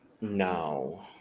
No